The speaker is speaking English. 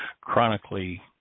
chronically